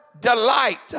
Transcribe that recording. delight